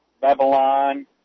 Babylon